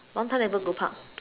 long time never go park